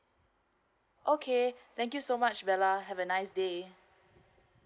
okay thank you so much bella have a nice day